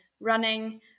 running